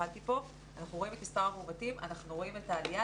שאנחנו רואים את מספר המאומתים ואנחנו רואים את העלייה.